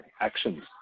actions